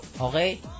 okay